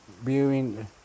viewing